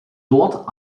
dort